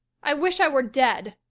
i wish i were dead,